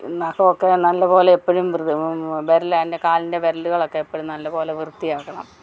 നഖമൊക്കെ നല്ല പോലെ എപ്പോഴും വിരൽ അതിൻ്റെ കാലിൻ്റെ വിരലുകളൊക്കെ എപ്പോഴും നല്ല പോലെ വൃത്തിയാക്കണം